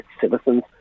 citizens